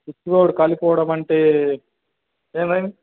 switch board కాలిపోవడం అంటే ఏమైంది